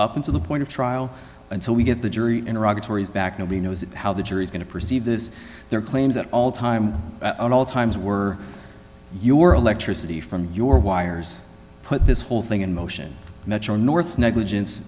up until the point of trial until we get the jury in iraq where he's back nobody knows how the jury's going to perceive this their claims at all time at all times were your electricity from your wires put this whole thing in motion metro north negligence